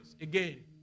again